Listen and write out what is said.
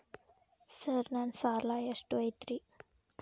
Sir ನನ್ನ ಸಾಲಾ ಎಷ್ಟು ಐತ್ರಿ?